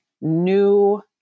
new